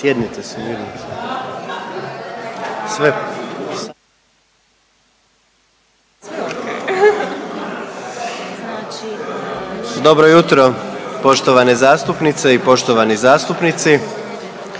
Dobro jutr, poštovane zastupnice i poštovani zastupnici.